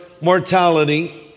mortality